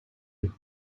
you